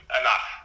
enough